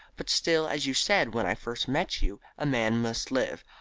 but still, as you said when i first met you, a man must live.